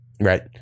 Right